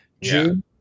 June